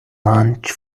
lunch